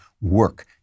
work